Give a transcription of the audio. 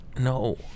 No